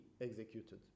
executed